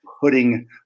putting